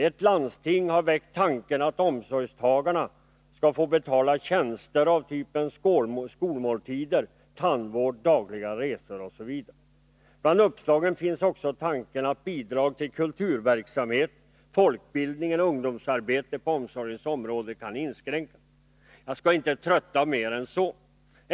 Ett landsting har väckt tanken att omsorgstagarna skall få betala tjänster av typen skolmåltider, tandvård, dagliga resor osv. Bland uppslagen finns också tanken att bidrag till kulturverksamheten, ät folkbildningen och ungdomsarbetet på omsorgens område skall inskränkas. Jag skall inte trötta kammaren mer än så.